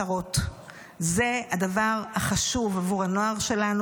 מותרות, זה הדבר החשוב עבור הנוער שלנו.